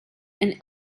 and